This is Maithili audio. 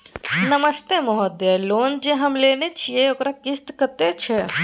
नमस्ते महोदय, लोन जे हम लेने छिये ओकर किस्त कत्ते छै?